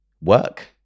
work